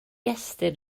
estyn